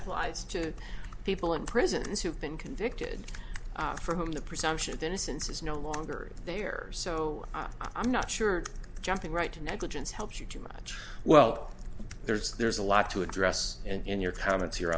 applies to people in prisons who've been convicted for whom the presumption of innocence is no longer there so i'm not sure jumping right to negligence helps you too much well there's there's a lot to address in your comments